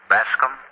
Bascom